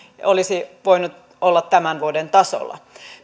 olisi voinut olla tämän vuoden tasolla